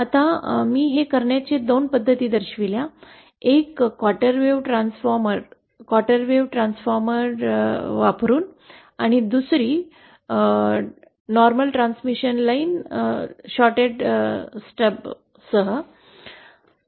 आता मी हे करण्याच्या दोन पद्धती दर्शविल्या आहेत एक quarter wave transformer quarter wave transformer वापरुन आणि दुसरी शॉर्टेड स्टब्ससह सामान्य ट्रांसफॉर्म लाईन्स वापरुन